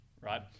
Right